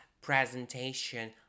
presentation